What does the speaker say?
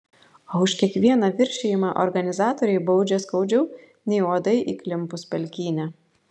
o už kiekvieną viršijimą organizatoriai baudžia skaudžiau nei uodai įklimpus pelkyne